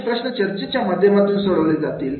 असे प्रश्न चर्चेच्या माध्यमातून सोडवले जातील